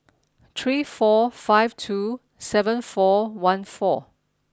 three four five two seven four one four